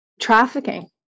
trafficking